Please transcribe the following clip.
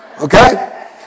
Okay